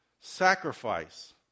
sacrifice